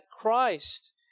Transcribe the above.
Christ